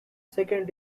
second